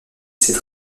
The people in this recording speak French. cette